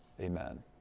amen